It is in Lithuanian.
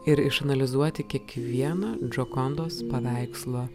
ir išanalizuoti kiekvieną džokondos paveikslo